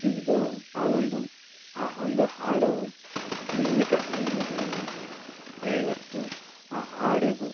so ಇದು ಆ ಒಂದು ಆ ಒಂದು ಹಾಡು ಇಡೀ ಕಥೆಯನ್ನು ಹೇಳುವಂತದ್ದು ಆದರೆ ಇವತ್ತು ಆ ಹಾಡಿಗೂ